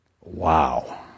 Wow